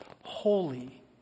holy